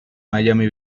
miami